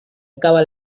acaba